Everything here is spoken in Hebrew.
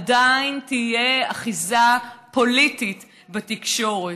עדיין תהיה אחיזה פוליטית בתקשורת.